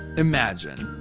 imagine,